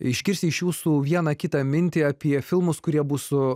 iškirsti iš jūsų vieną kitą mintį apie filmus kurie bus